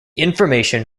information